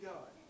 God